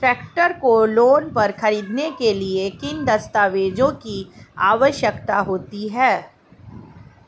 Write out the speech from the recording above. Tractor को loan पर खरीदने के लिए किन दस्तावेज़ों की आवश्यकता होती है?